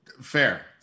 Fair